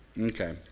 Okay